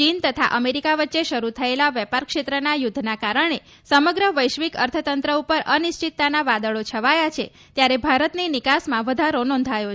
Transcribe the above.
ચીન તથા અમેરિકા વચ્ચે શરૂ થયેલા વેપાર ક્ષેત્રના યુદ્ધના કારણે સમગ્ર વૈશ્વિક અર્થતંત્ર ઉપર અનિશ્ચિતતાના વાદળો છવાયા છે ત્યારે ભારતની નિકાસમાં વધારો નોંધાયો છે